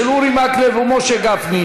של חברי הכנסת אורי מקלב ומשה גפני,